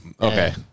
okay